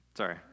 Sorry